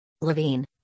Levine